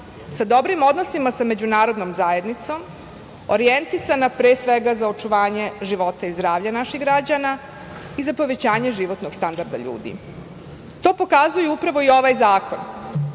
sa dobrim odnosima sa međunarodnom zajednicom, orjentisana pre svega za očuvanje života i zdravlja naših građana i za povećanje životnog standarda ljudi. To pokazuje upravo i ovaj zakon